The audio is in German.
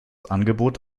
angebot